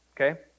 okay